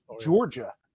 Georgia